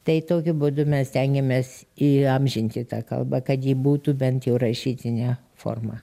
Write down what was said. tai tokiu būdu mes stengiamės įamžinti tą kalbą kad ji būtų bent jau rašytine forma